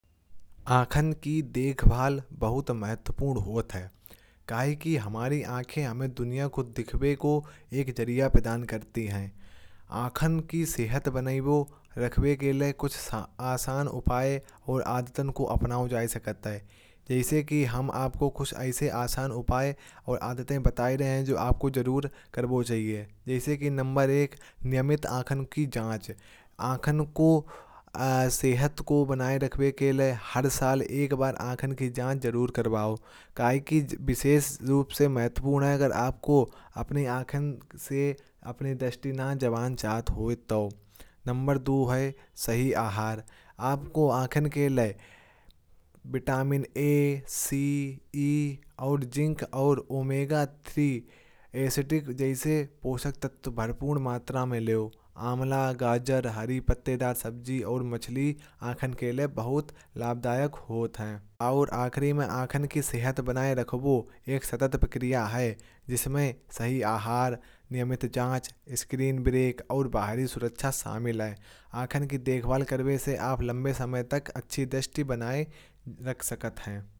आँखन की देखभाल बहुत महत्वपूर्ण होता है। काहे की हमारी आँखें हमें दुनिया को दिखावे को एक जरिया प्रदान करती हैं। आँखन की सेहत बने वो रखबे के लिए कुछ आसान उपाय। और आदतन को अपनाओ जा सके हैं जैसे की हम आपकों कुछ ऐसे आसान उपाय। और आदतें बता ही रहे हैं जो आपकों जरूर कर वो चाहिए। जैसे की नम्बर एक नियमित आँखन की जांच आँखन को सेहत को बनाए रखने के लिए। हर साल एक बार आँखन की जांच जरूर कराओ। काहे की विशेष रूप से महत्वपूर्ण है अगर आपकों अपने आँखन से। अपनी दृष्टि न ज्वान चाहत हो तो नम्बर दो है सही आहार आपकों आँखन के लिए। विटामिन एसी इ और जिंक और ओमेगा थ्री एसिडिक जैसे पोषक तत्व भरपूर मात्रा में लेयो। आँवला, गाजर, हरी पत्तेदार सब्जी और मछली आँखन के लिए बहुत लाभदायक होत हैं। और आखिर में आँखन की सेहत बनाए रखवो एक सतत प्रक्रिया है। जिसमें सही आहार नियमित जांच स्क्रीन ब्रेक और बाहरी सुरक्षा शामिल है। आँखन की देखभाल करवेशे आप लंबे समय तक अच्छी दृष्टि बनाए रख सकते हैं।